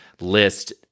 list